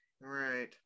Right